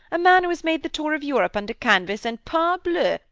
a man who has made the tour of europe under canvas, and, parbleu!